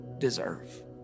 deserve